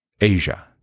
Asia